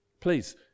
Please